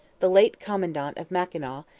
the late commandant of mackinaw,